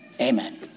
Amen